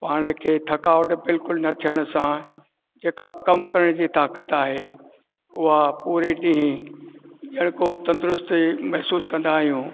पाण खे थकावट बिल्कुलु न थियण सां जेका कमु करण जी ताक़त आहे उहा पूरो ॾींहुं यको तंदुरुस्ती महसूसु कंदा आहियूं